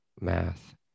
math